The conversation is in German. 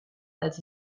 als